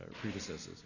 predecessors